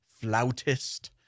flautist